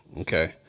Okay